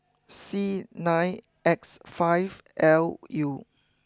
C nine X five L U